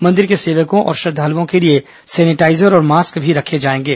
मंदिर के सेवकों और श्रद्वालुओं के लिए सेनेटाइजर और मास्क भी रखे जाएंगे